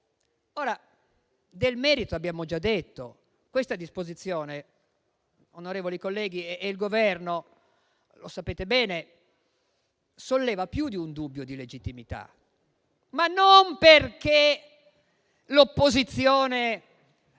Del merito abbiamo già detto. Questa disposizione - voi, onorevoli colleghi, e il Governo lo sapete bene - solleva più di un dubbio di legittimità, ma non perché l'opposizione